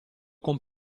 con